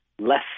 less